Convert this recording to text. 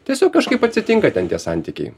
tiesiog kažkaip atsitinka ten tie santykiai